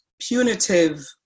punitive